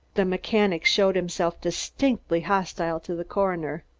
the mechanic showed himself distinctly hostile to the coroner.